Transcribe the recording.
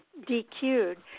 DQ'd